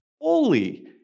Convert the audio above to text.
holy